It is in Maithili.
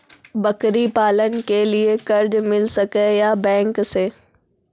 बकरी पालन के लिए कर्ज मिल सके या बैंक से?